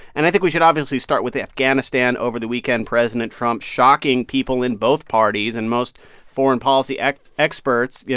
and i think we should obviously start with afghanistan. over the weekend, president trump shocking people in both parties and most foreign policy experts, yeah